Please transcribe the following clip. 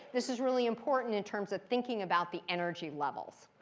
this is really important in terms of thinking about the energy levels.